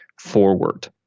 forward